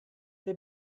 der